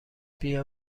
بیا